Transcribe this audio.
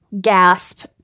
gasp